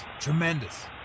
Tremendous